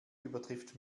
übertrifft